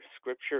scripture